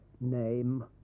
Name